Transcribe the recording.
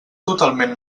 totalment